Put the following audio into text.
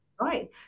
right